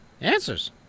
Answers